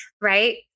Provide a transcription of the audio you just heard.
right